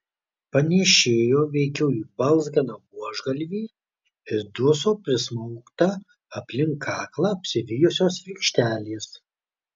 panėšėjo veikiau į balzganą buožgalvį ir duso prismaugta aplink kaklą apsivijusios virkštelės